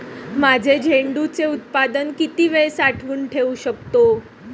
माझे झेंडूचे उत्पादन किती वेळ साठवून ठेवू शकतो?